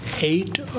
eight